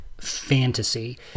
fantasy